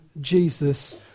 Jesus